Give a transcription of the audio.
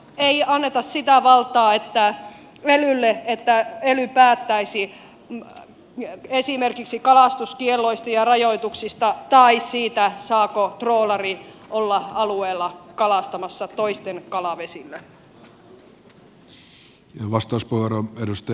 ei anneta sitä valtaa elylle että ely päättäisi esimerkiksi kalastuskielloista ja rajoituksista tai siitä saako troolari olla alueella kalastamassa toisten kalavesillä